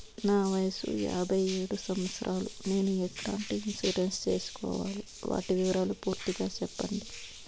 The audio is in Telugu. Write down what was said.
నా వయస్సు యాభై ఏడు సంవత్సరాలు నేను ఎట్లాంటి ఇన్సూరెన్సు సేసుకోవాలి? వాటి వివరాలు పూర్తి గా సెప్పండి?